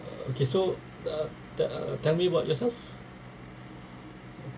okay so te~ te~ tell me about yourself